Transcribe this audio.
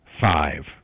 five